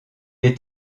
est